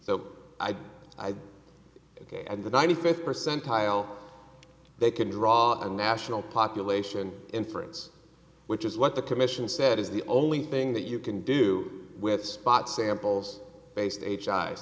so i i ok and the ninety fifth percentile they can draw a national population inference which is what the commission said is the only thing that you can do with spot samples based h